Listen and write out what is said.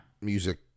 music